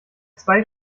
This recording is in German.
zwei